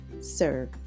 serve